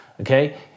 okay